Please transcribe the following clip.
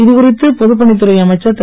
இது குறித்து பொதுப்பணித் துறை அமைச்சர் திரு